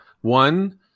One –